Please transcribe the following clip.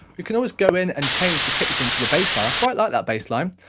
you can always go in and change the kick drum to the bassline, i quite like that bassline,